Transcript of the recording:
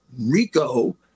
Rico